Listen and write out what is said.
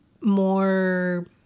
more